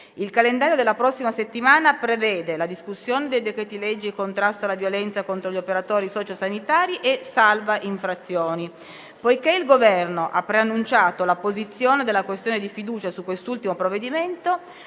Il calendario della prossima settimana prevede la discussione dei decreti-legge sul contrasto alla violenza contro gli operatori sociosanitari e salva infrazioni. Poiché il Governo ha preannunciato la posizione della questione di fiducia su quest'ultimo provvedimento,